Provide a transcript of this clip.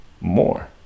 more